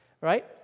right